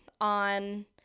on